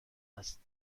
است